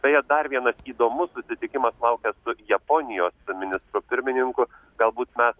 beje dar vienas įdomus susitikimas laukia su japonijos ministru pirmininku galbūt mes